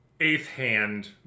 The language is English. eighth-hand